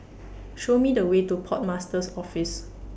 Show Me The Way to Port Master's Office